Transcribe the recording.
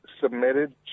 submitted